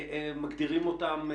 מגדירים אותם...